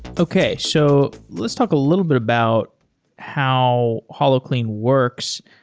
okay. so let's talk a little bit about how holoclean works.